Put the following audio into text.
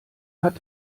hat